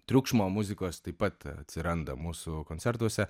triukšmo muzikos taip pat atsiranda mūsų koncertuose